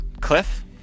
Cliff